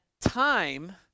time